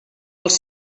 els